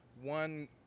one